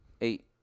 eight